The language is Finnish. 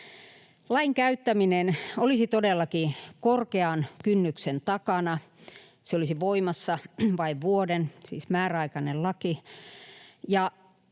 Lain käyttäminen olisi todellakin korkean kynnyksen takana. Se olisi voimassa vain vuoden, siis määräaikainen laki.